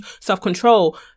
self-control